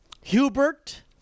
Hubert